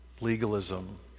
Legalism